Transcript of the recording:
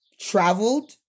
traveled